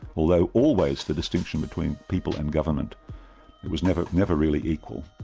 although always the distinction between people and government it was never never really equal.